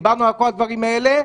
דיברנו על כל הדברים האלה.